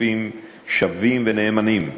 שותפים שווים ונאמנים למדינה,